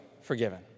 forgiven